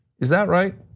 is that right?